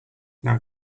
now